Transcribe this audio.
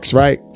right